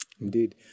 Indeed